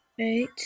Eight